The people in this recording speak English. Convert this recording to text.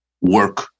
work